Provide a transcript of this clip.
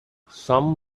some